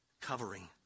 covering